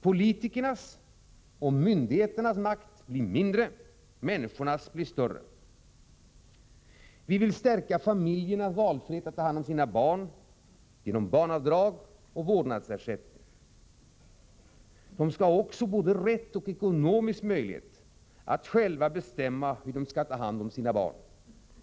Politikernas och myndigheternas makt blir mindre — människornas blir större. Vi vill genom barnavdrag och vårdnadsersättning stärka familjernas valfrihet att ta hand om sina barn. De skall också ha både rätt och ekonomisk möjlighet att själva bestämma hur de skall ta hand om sina barn.